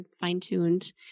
fine-tuned